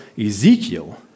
Ezekiel